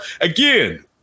Again